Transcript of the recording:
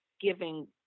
giving